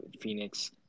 Phoenix